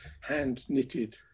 hand-knitted